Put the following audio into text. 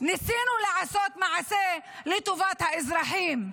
ניסינו לעשות מעשה לטובת האזרחים.